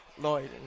lloyd